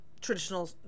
traditional